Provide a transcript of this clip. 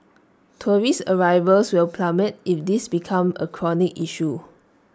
tourist arrivals will plummet if this becomes A chronic issue